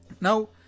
Now